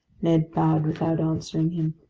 ned bowed without answering him.